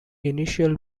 inertial